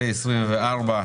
פ/239/24.